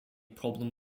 problem